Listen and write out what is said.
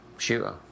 Shooter